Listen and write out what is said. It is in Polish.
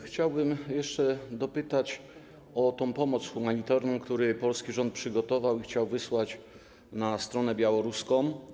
Chciałbym jeszcze dopytać o pomoc humanitarną, którą polski rząd przygotował i chciał wysłać na stronę białoruską.